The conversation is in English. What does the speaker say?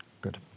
Good